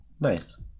Nice